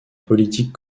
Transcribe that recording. politique